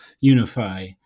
unify